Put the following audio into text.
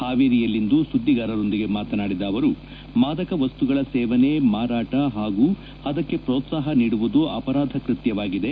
ಹಾವೇರಿಯಲ್ಲಿಂದು ಸುದ್ದಿಗಾರರೊಂದಿಗೆ ಮಾತನಾಡಿದ ಅವರು ಮಾದಕ ವಸ್ತುಗಳ ಸೇವನೆ ಮಾರಾಟ ಹಾಗೂ ಅದಕ್ಕೆ ಪೋತ್ಸಾಪ ನೀಡುವುದು ಅಪರಾದ ಕೃತ್ಯವಾಗಿದೆ